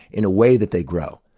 in a way that they grow.